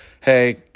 Hey